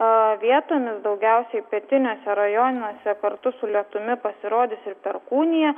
a vietomis daugiausiai pietiniuose rajonuose kartu su lietumi pasirodys ir perkūnija